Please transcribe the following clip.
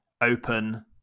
open